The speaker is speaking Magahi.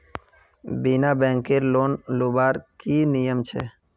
बिना बैंकेर लोन लुबार की नियम छे?